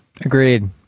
Agreed